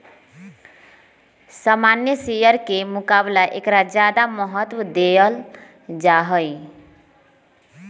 सामान्य शेयर के मुकाबला ऐकरा ज्यादा महत्व देवल जाहई